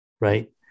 right